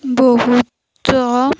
ବହୁତ